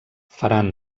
faran